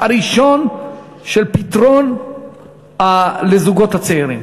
פתרון לזוגות הצעירים.